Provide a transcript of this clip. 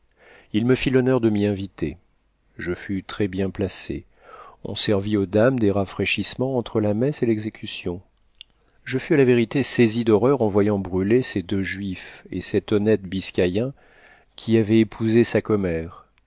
il me fit l'honneur de m'y inviter je fus très bien placée on servit aux dames des rafraîchissements entre la messe et l'exécution je fus à la vérité saisie d'horreur en voyant brûler ces deux juifs et cet honnête biscayen qui avait épousé sa commère